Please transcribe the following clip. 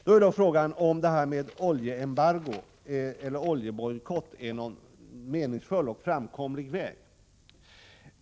Då är frågan om oljeembargo eller oljebojkott är en framkomlig och meningsfull väg.